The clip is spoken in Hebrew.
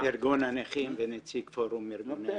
מארגון הנכים ונציג פורום ארגוני הנכים.